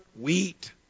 wheat